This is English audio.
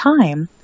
time